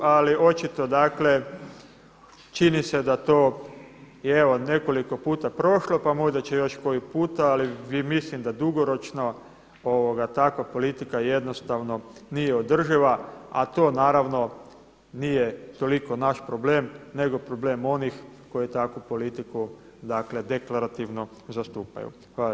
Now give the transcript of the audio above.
Ali očito dakle čini se da to i evo je nekoliko puta prošlo pa možda će još koji puta ali mislim da dugoročno takva politika jednostavno nije održiva a to naravno nije toliko naš problem nego problem onih koji takvu politiku dakle deklarativno zastupaju.